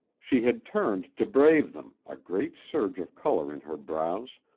she had turned to brave them, a great surge of color in her brows.